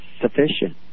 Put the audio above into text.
sufficient